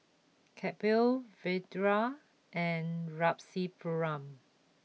Kapil Vedre and Rasipuram